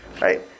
right